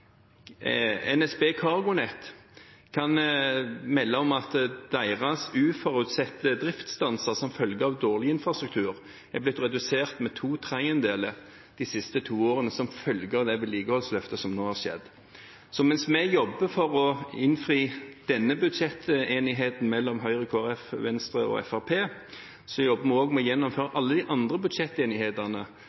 NSB og CargoNet kan melde om at deres uforutsette driftsstanser som følge av dårlig infrastruktur er blitt redusert med to tredjedeler de siste to årene, som følge av det vedlikeholdsløftet som nå har skjedd. Så mens vi jobber for å innfri denne budsjettenigheten mellom Høyre, Kristelig Folkeparti, Venstre og Fremskrittspartiet, jobber vi også med å gjennomføre alle de andre budsjettenighetene